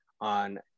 on